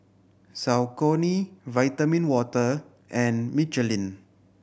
Saucony Vitamin Water and Michelin